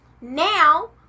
Now